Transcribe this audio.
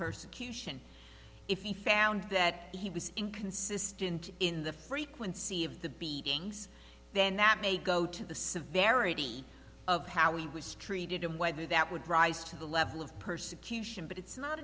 persecution if he found that he was inconsistent in the frequency of the beatings then that may go to the severity of how we was treated and whether that would rise to the level of persecution but it's not